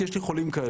כי יש לי חולים כאלה.